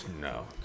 No